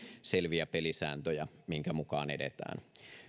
selviä pelisääntöjä minkä mukaan edetään